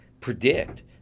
predict